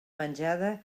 menjada